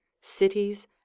cities